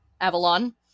Avalon